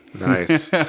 nice